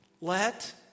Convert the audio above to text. Let